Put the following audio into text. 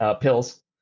pills